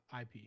IP